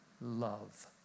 love